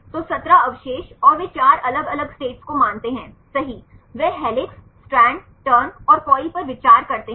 तो 17 अवशेष और वे 4 अलग अलग स्टेट्स को मानते हैं सही वे हेलिक्स स्ट्रैंड टर्न और कॉइल पर विचार करते हैं